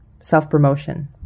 self-promotion